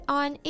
on